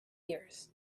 years